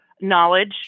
knowledge